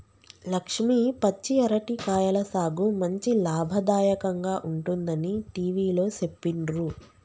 లక్ష్మి పచ్చి అరటి కాయల సాగు మంచి లాభదాయకంగా ఉంటుందని టివిలో సెప్పిండ్రు